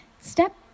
Step